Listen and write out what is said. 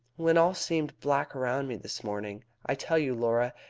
when all seemed black around me this morning, i tell you, laura,